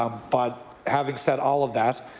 ah but having said all of that,